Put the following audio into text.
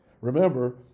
Remember